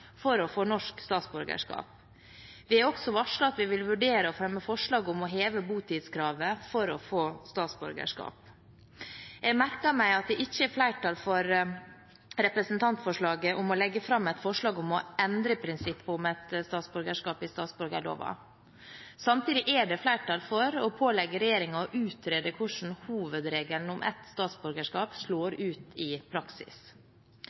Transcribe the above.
for å få norsk statsborgerskap. Vi har også varslet at vi vil vurdere å fremme forslag om å heve botidskravet for å få statsborgerskap. Jeg merker meg at det ikke er flertall for representantforslaget om å legge fram et forslag om å endre prinsippet om ett statsborgerskap i statsborgerloven. Samtidig er det flertall for å pålegge regjeringen å utrede hvordan hovedregelen om ett statsborgerskap slår ut i praksis.